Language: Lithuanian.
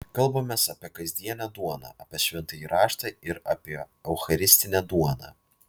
kalbamės apie kasdienę duoną apie šventąjį raštą ir apie eucharistinę duoną